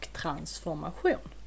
transformation